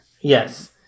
yes